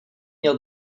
měl